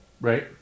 Right